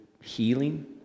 healing